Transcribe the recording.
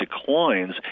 declines